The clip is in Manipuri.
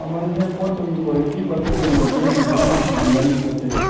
ꯃꯃꯟꯁꯦ ꯄꯣꯠꯇꯨꯒꯤ ꯀ꯭ꯋꯥꯂꯤꯇꯤ ꯃꯇꯨꯡꯏꯟꯅ ꯈꯦꯅꯩ ꯂꯣꯏꯅ ꯐꯪꯒꯅꯤ ꯄꯣꯠ ꯆꯩꯗꯣ